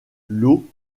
l’eau